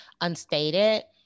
unstated